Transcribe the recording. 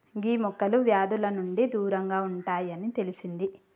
గీ మొక్కలు వ్యాధుల నుండి దూరంగా ఉంటాయి అని తెలిసింది